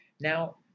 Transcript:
Now